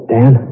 Dan